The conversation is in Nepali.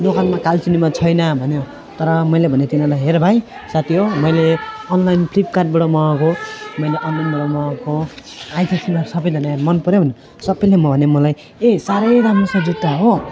दोकानमा कालचिनीमा छैन भन्यो तर मैले भनेँ तिनीहरूलाई हेर भाइ साथी हो मैले अनलाइन फ्लिपकार्डबाट मगाएको हो मैले अनलाइनबाट मगाएको हो आइज तिमीहरू सबैजना मनपऱ्यो भने सबैले भन्यो मलाई ए साह्रै राम्रो छ जुत्ता हो